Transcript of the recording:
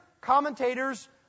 commentators